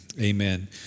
amen